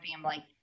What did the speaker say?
family